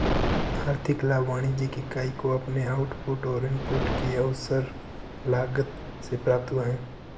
आर्थिक लाभ वाणिज्यिक इकाई को अपने आउटपुट और इनपुट की अवसर लागत से प्राप्त हुआ है